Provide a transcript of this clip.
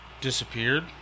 disappeared